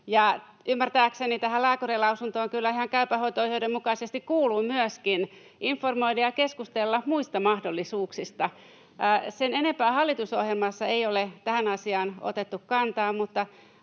ymmärtääkseni tähän lääkärinlausuntoon kyllä ihan Käypä hoito ‑ohjeiden mukaisesti kuuluu myöskin informointi ja keskustelu muista mahdollisuuksista. Sen enempää hallitusohjelmassa ei ole tähän asiaan otettu kantaa,